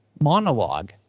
monologue